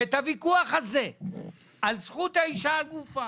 את הוויכוח הזה על זכות האישה על גופה